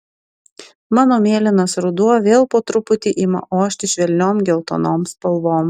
mano mėlynas ruduo vėl po truputį ima ošti švelniom geltonom spalvom